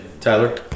Tyler